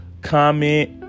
comment